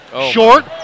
short